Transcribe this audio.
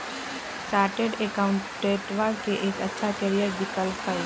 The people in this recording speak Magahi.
चार्टेट अकाउंटेंटवा के एक अच्छा करियर विकल्प हई